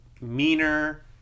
meaner